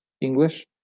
english